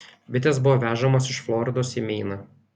bitės buvo vežamos iš floridos į meiną